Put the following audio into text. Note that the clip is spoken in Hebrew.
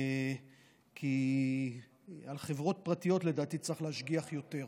כי על חברות פרטיות לדעתי צריך להשגיח יותר.